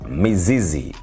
mizizi